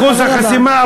אחוז החסימה,